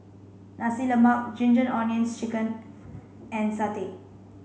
Nasi Lemak ginger onions chicken and satay